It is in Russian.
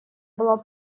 была